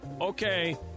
okay